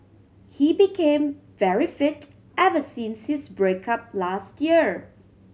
he became very fit ever since his break up last year